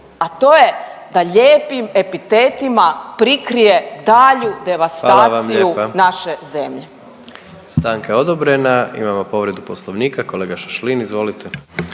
a to je da lijepim epitetima prikrije dalju devastaciju …